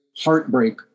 heartbreak